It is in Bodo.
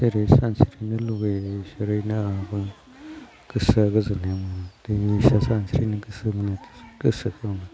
सोरबा सानस्रिनो लुबैयोसोना गोसोआ गोजोननाय मोनो दैमायावसो सानस्रिनो गोसो जायो गोसोखौ